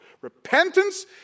Repentance